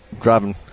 driving